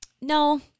No